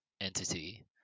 entity